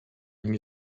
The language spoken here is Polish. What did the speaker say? nie